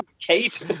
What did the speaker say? Kate